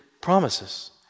promises